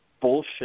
bullshit